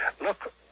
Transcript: look